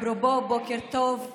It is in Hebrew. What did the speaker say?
אפרופו בוקר טוב,